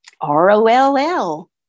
R-O-L-L